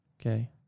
Okay